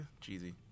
cheesy